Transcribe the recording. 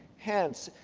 hence,